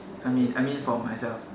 I mean I mean for myself